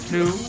Two